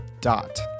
dot